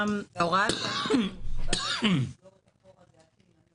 והוראת השעה הזו שבאה לסגור את החור הזה עד שימנו